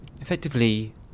Effectively